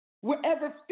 Wherever